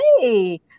hey